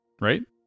right